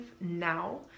now